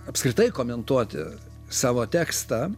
apskritai komentuoti savo tekstą